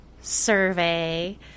survey